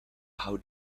how